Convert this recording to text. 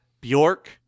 Bjork